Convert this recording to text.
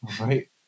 Right